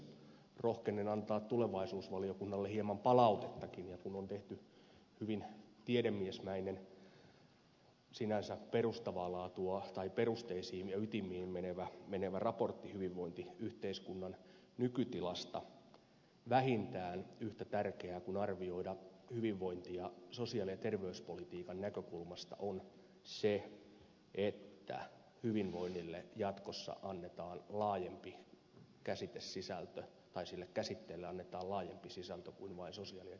rohkenen antaa tulevaisuusvaliokunnalle hieman palautettakin ja kun on tehty hyvin tiedemiesmäinen sinänsä perusteisiin ja ytimiin menevä raportti hyvinvointiyhteiskunnan nykytilasta vähintään yhtä tärkeää kuin arvioida hyvinvointia sosiaali ja terveyspolitiikan näkökulmasta on se että hyvinvoinnin käsitteelle jatkossa annetaan laajempi sisältö kuin vain sosiaali ja terveyspoliittinen